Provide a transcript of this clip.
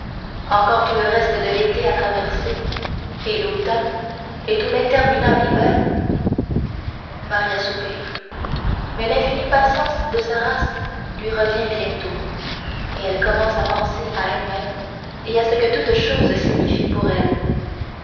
encore tout le reste de l'été à traverser et l'automne et tout l'interminable hiver maria soupire mais l'infinie patience de sa race lui revient bientôt et elle commence à penser à elle-même et à ce que toutes choses signifient pour elle